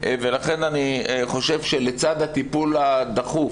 ולכן אני חושב שלצד הטיפול הדחוף,